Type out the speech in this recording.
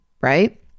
right